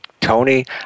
Tony